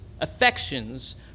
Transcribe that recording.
affections